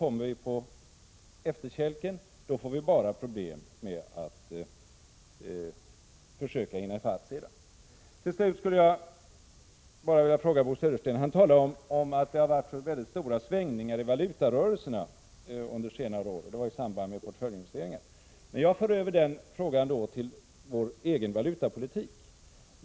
Kommer vi på efterkälken, får vi problem med att försöka hinna i kapp sedan. Till sist: Bo Södersten talar om att det har varit så stora svängningar i valutarörelserna under senare år i samband med portföljinvesteringar. Jag för frågan över till vår egen valutapolitik.